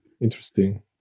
interesting